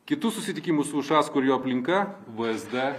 kitus susitikimus su ušacku ir jo aplinka vsd